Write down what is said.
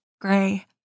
gray